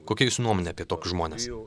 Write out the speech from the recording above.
kokia jūsų nuomonė apie tokius žmones